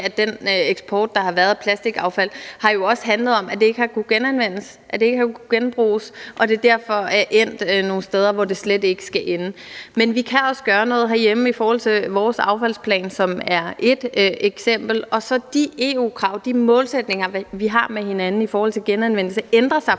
med den eksport, der har været af plastikaffald, har jo også handlet om, at det ikke har kunnet genanvendes, at det ikke har kunnet genbruges, og at det derfor er endt nogle steder, hvor det slet ikke skal ende. Men vi kan også gøre noget herhjemme i forhold til vores affaldsplan, som er ét eksempel, og de EU-krav, de målsætninger, vi har med hinanden i forhold til genanvendelse, ændrer sig